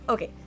Okay